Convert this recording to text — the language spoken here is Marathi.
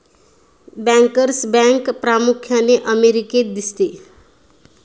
बँकर्स बँक प्रामुख्याने अमेरिकेत दिसते